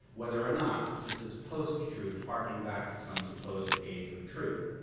whether or not this is post-truth hearkening back to some supposed age of truth.